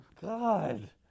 God